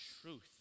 truth